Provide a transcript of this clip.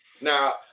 Now